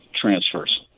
transfers